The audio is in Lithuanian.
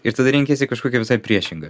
ir tada renkiesi kažkokią visai priešingą